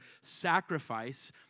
sacrifice